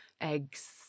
eggs